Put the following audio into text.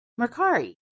Mercari